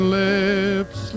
lips